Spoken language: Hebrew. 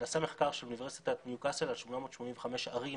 נעשה מחקר של אוניברסיטת ניוקאסל על 885 ערים